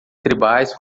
tribais